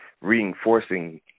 reinforcing